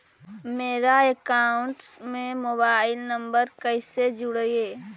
मेरा अकाउंटस में mobile number कैसे जुड़उ?